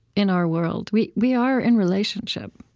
in our world, we we are in relationship.